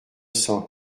cent